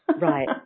right